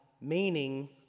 meaning